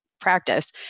practice